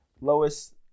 Lois